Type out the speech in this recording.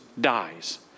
dies